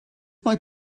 mae